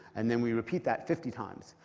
and then we repeat that fifty times.